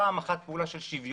פעם אחת פעולה של שוויון,